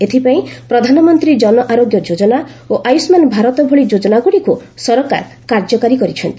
ଏଥିପାଇଁ 'ପ୍ରଧାନମନ୍ତ୍ରୀ ଜନ ଆରୋଗ୍ୟ ଯୋଜନା' ଓ 'ଆୟୁଷ୍ମାନ ଭାରତ' ଭଳି ଯୋଜନାଗୁଡ଼ିକୁ ସରକାର କାର୍ଯ୍ୟକାରୀ କରିଛନ୍ତି